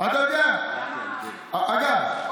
אגב,